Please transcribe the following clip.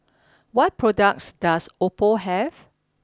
what products does Oppo have